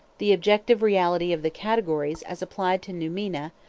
the objective reality of the categories as applied to noumena,